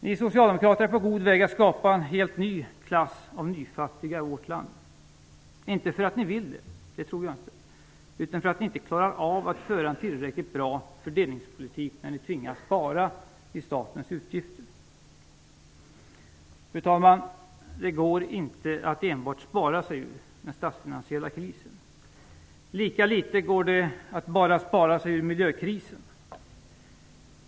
Ni socialdemokrater är på god väg att skapa en helt ny klass av nyfattiga i vårt land. Inte för att ni vill det - det tror jag inte - utan för att ni inte klarar av att föra en tillräckligt bra fördelningspolitik när ni tvingas spara i statens utgifter. Fru talman, det går inte att enbart spara sig ur den statsfinansiella krisen. Lika litet går det att bara spara sig ur miljökrisen.